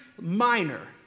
Minor